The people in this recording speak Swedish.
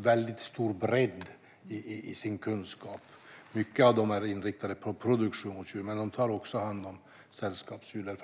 väldigt stor bredd i sin kunskap. Många av dem är inriktade på produktionsdjur, men de tar också hand om sällskapsdjur.